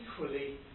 equally